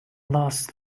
last